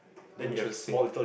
interesting